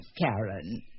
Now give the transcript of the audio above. Karen